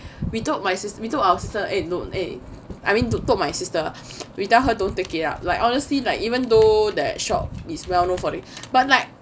we took my sister we told our sister eh note eh I mean told my sister we tell her don't take it ah like honestly like even though that shop is well known for but like